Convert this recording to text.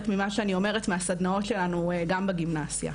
ממה שאני אומרת מהסדנאות שלנו גם בגימנסיה.